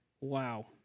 Wow